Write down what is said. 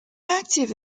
active